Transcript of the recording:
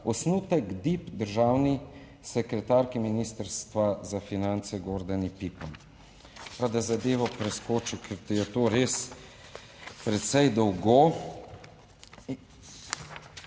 osnutek DIP državni sekretarki Ministrstva za finance Gordani Pipan. Pa, da zadevo preskočil, ker je to res precej dolgo.